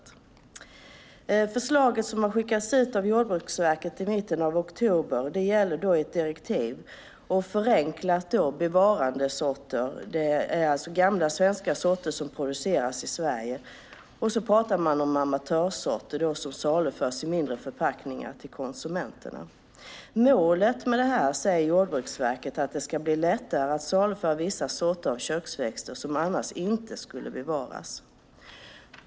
Det förslag som skickades ut av Jordbruksverket i mitten av oktober gäller ett direktiv för bevarandesorter - gamla svenska sorter som produceras i Sverige - och amatörsorter som saluförs i mindre förpackningar till konsumenterna. Målet är, säger Jordbruksverket, att det ska bli lättare att saluföra vissa sorter av köksväxter som annars inte skulle bevaras.